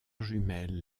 jumelle